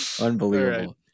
unbelievable